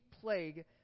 plague